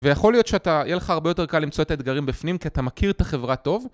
ויכול להיות שיהיה לך הרבה יותר קל למצוא את האתגרים בפנים כי אתה מכיר את החברה טוב